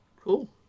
Cool